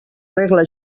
regla